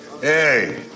Hey